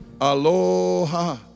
aloha